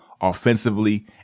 offensively